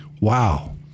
Wow